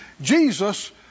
Jesus